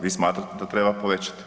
Vi smatrate da treba povećati.